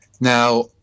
Now